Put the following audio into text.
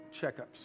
checkups